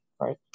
Right